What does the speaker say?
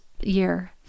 year